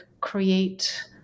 create